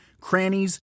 crannies